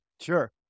Sure